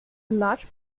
large